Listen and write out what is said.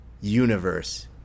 universe